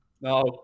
No